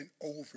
over